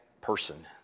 person